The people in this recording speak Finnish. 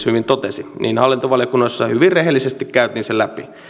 hyvin totesi hallintovaliokunnassa hyvin rehellisesti käytiin se läpi